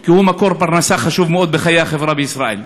כי הוא מקור פרנסה חשוב מאוד בחיי החברה בישראל.